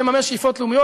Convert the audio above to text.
לממש שאיפות לאומיות,